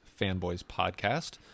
fanboyspodcast